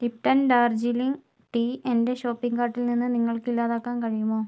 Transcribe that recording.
Lipton Darjeeling tea എന്റെ shopping കാർട്ടിൽ നിന്ന് നിങ്ങൾക്ക് ഇല്ലാതാക്കാൻ കഴിയുമോ